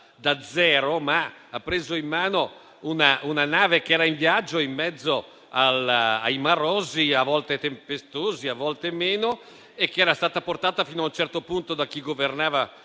da zero: ha preso in mano una nave che era in viaggio in mezzo ai marosi, a volte tempestosi a volte meno, che era stata portata fino a un certo punto da chi governava